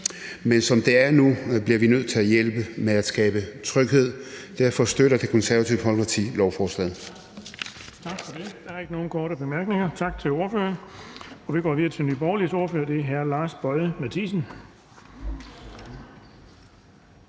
Men som det er nu, bliver vi nødt til at hjælpe med at skabe tryghed, og derfor støtter Det Konservative Folkeparti lovforslaget.